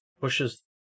pushes